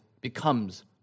becomes